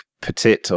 Petit